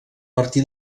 martí